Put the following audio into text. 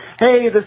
Hey